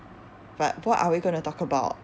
but what are we gonna talk about